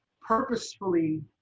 purposefully